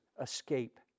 escape